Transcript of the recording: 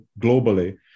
globally